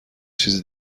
چیز